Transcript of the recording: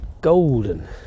golden